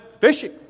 fishing